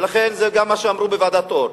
לכן זה גם מה שאמרו בוועדת-אור.